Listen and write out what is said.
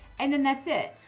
and then that's it.